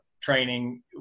training